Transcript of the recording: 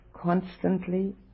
constantly